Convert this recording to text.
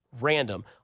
random –